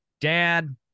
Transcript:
Dad